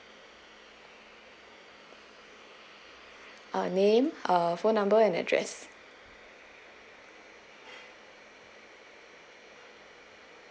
uh name uh phone number and address